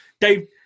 Dave